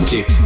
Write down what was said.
Six